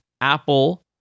Apple